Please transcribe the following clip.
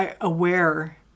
aware